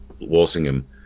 Walsingham